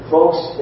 Folks